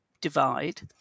divide